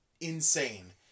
insane